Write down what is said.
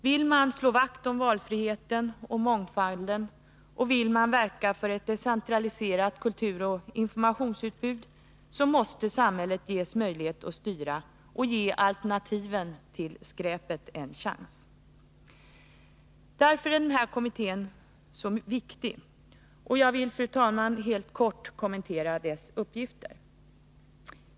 Vill man slå vakt om valfriheten och mångfalden och vill man verka för ett decentraliserat kulturoch informationsutbud, så måste samhället få möjlighet att styra och ge alternativen till skräpet en chans. Därför är den här kommittén så viktig, och jag vill, fru talman, helt kort kommentera dess uppgifter.